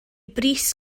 bris